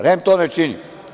REM to ne čini.